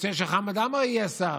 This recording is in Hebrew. הוא רוצה שחמד עמאר יהיה שר,